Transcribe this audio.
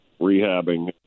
rehabbing